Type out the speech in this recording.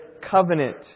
covenant